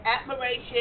admiration